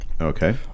Okay